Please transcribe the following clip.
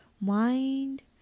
mind